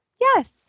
Yes